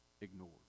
ignored